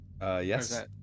Yes